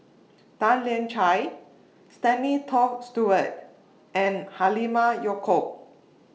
Tan Lian Chye Stanley Toft Stewart and Halimah Yacob